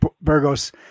Burgos